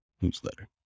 newsletter